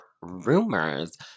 rumors